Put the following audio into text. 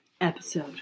episode